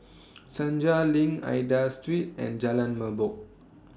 Senja LINK Aida Street and Jalan Merbok